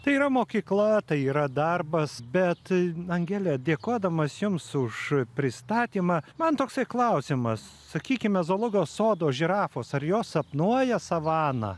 tai yra mokykla tai yra darbas bet angele dėkodamas jums už pristatymą man toksai klausimas sakykime zoologijos sodo žirafos ar jo sapnuoja savaną